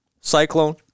Cyclone